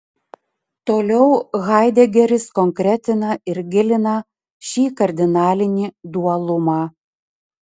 toliau haidegeris konkretina ir gilina šį kardinalinį dualumą